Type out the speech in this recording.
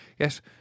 Yes